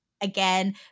again